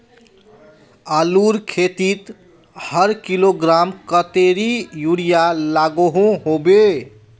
आलूर खेतीत हर किलोग्राम कतेरी यूरिया लागोहो होबे?